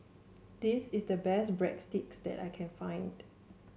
this is the best Breadsticks that I can find